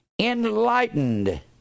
enlightened